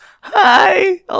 Hi